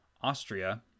Austria